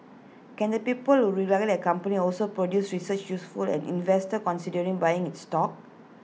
can the people who regulate A company also produce research useful an investor considering buying its stock